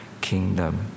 kingdom